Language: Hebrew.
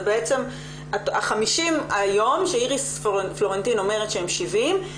בעצם ה-50 מיליון היום שאיריס פלורנטין אומרת שהם 70 מיליון,